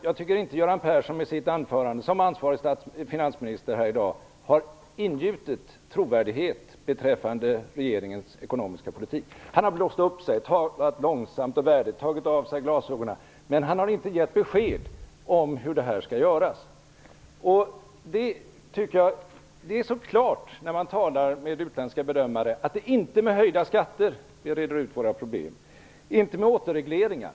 Jag tycker inte att Göran Persson med sitt anförande, som ansvarig finansminister, i dag har ingjutit trovärdighet beträffande regeringens ekonomiska politik. Han har blåst upp sig, talat långsamt och värdigt, tagit av sig glasögonen. Men han har inte gett besked om hur det här skall göras. När man talar med utländska bedömare står det klart att det inte är med höjda skatter som vi reder ut våra problem och inte med återregleringar.